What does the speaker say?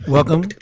Welcome